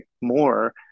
more